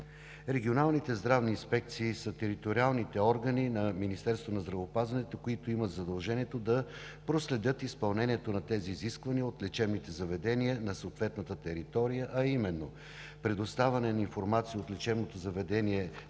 Регионалните здравни инспекции са териториалните органи на Министерството на здравеопазването, които имат задължението да проследят изпълнението на тези изисквания от лечебните заведения на съответната територия, а именно: предоставяне на информация от лечебното заведение за